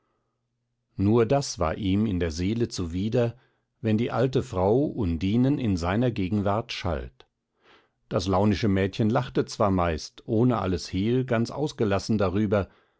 nur das war ihm in der seele zuwider wenn die alte frau undinen in seiner gegenwart schalt das launische mädchen lachte zwar meist ohne alles hehl ganz ausgelassen darüber